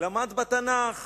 למד בתנ"ך,